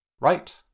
right